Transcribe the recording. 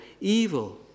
evil